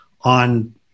on